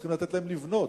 צריכים לתת להם לבנות,